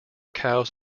cows